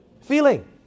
Feeling